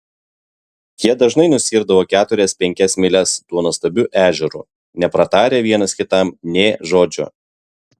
jie dažnai nusiirdavo keturias penkias mylias tuo nuostabiu ežeru nepratarę vienas kitam nė žodžio